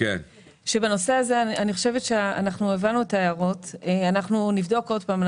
אחרי ההערות בנושא הזה אנחנו נבדוק שוב.